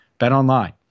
BetOnline